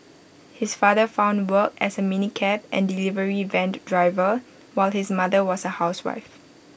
his father found work as A minicab and delivery veined driver while his mother was A housewife